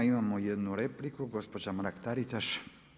Imamo jednu repliku gospođa Mrak-Taritaš.